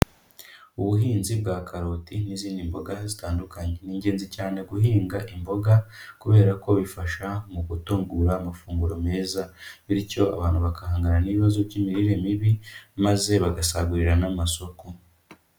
Ubuhinzi bwa karoti n'izindi mboga zitandukanye. Ni ingenzi cyane guhinga imboga kubera ko bifasha mu gutegura amafunguro meza bityo abantu bakahangana n'ibibazo by'imirire mibi maze bagasagurira n'amasoko.